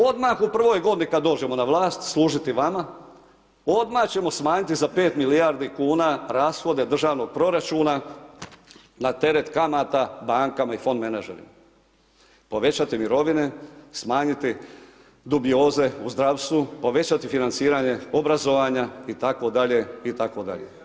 Odmah u prvoj godini kad dođemo na vlast služiti vama, odmah ćemo smanjiti za 5 milijardi kuna rashode Državnog proračuna na teret kamata bankama i fond menadžerima, povećati mirovine, smanjiti dubioze u zdravstvu, povećati financiranje obrazovanja itd,, itd.